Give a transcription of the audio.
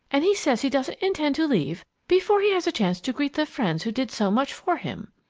and he says he doesn't intend to leave before he has a chance to greet the friends who did so much for him!